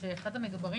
שהוא אחד המדוברים,